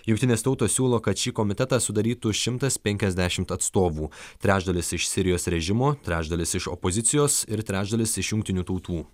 jungtinės tautos siūlo kad šį komitetą sudarytų šimtas penkiasdešimt atstovų trečdalis iš sirijos režimo trečdalis iš opozicijos ir trečdalis iš jungtinių tautų